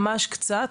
ממש קצת.